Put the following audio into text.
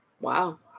Wow